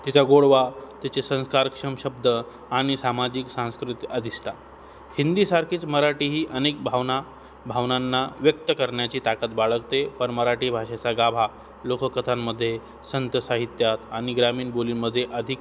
तिचा गोडवा तिचे संस्कारक्षम शब्द आणि सामाजिक सांस्कृत आदिष्टा हिंदीसारखीच मराठी ही अनेक भावना भावनांना व्यक्त करण्याची ताकद बाळगते पण मराठी भाषेचा गाभा लोककथांमध्ये संत साहित्यात आणि ग्रामीण बोलींमध्ये अधिक